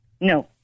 No